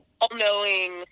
all-knowing